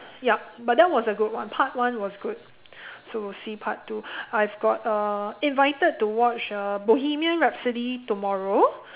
yup but that was a good one part one was good so see part two I've got uh invited to watch uh Bohemian rhapsody tomorrow